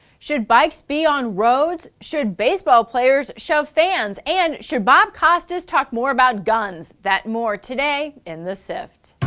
should bikes be on roads. should baseball players shove fans. and should bob costas talk more about guns. that and more. today in the sift.